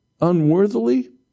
unworthily